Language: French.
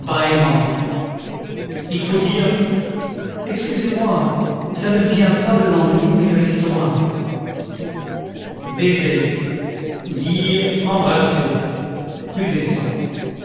il faut dire excusez-moi ça ne vient pas de l'ennui mais de l'estomac baiser dire embrasser plus